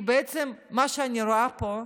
כי בעצם מה שאני רואה פה,